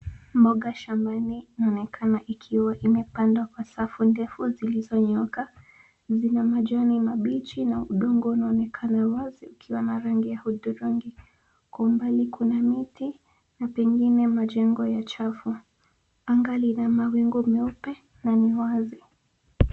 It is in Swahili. Mboga shambani inaonekana ikiwa imepandwa kwa safu ndefu zilizonyooka. Zina majani mabichi na udongo unaonekana wazi ukiwa na rangi ya hudhurungi .Kwa umbali kuna miti na pengine majengo ya chafu. Anga lina mawingu meupe na ni wazi.